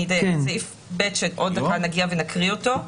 אני אדייק את פיסקה (ב) שעוד דקה נגיע ונקרא אותה.